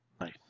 Nice